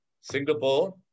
Singapore